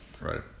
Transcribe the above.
right